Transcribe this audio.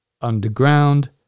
Underground